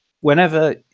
whenever